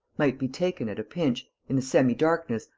might be taken, at a pinch, in the semi-darkness,